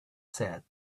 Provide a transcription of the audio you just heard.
said